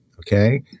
okay